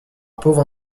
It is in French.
pauvre